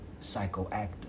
psychoactive